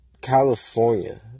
California